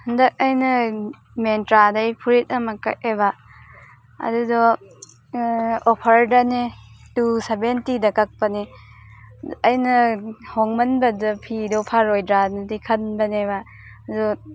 ꯍꯟꯗꯛ ꯑꯩꯅ ꯃꯤꯟꯇ꯭ꯔꯗꯩ ꯐꯨꯔꯤꯠ ꯑꯃ ꯀꯛꯑꯦꯕ ꯑꯗꯨꯗꯣ ꯑꯣꯐꯔꯗꯅꯦ ꯇꯨ ꯁꯕꯦꯟꯇꯤꯗ ꯀꯛꯄꯅꯦ ꯑꯩꯅ ꯍꯣꯡꯃꯟꯕꯗꯨꯗ ꯐꯤꯗꯣ ꯐꯔꯣꯏꯗ꯭ꯔꯅꯗꯤ ꯈꯟꯕꯅꯦꯕ ꯑꯗꯣ